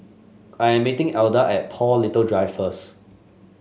I am meeting Elda at Paul Little Drive first